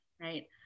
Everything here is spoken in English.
right